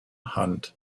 hand